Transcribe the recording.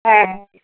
हँ